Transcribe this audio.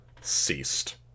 ceased